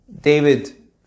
David